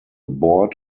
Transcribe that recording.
board